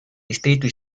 distrito